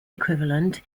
equivalent